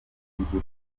umukobwa